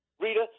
Rita